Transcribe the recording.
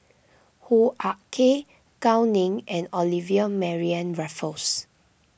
Hoo Ah Kay Gao Ning and Olivia Mariamne Raffles